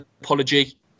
apology